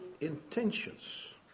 intentions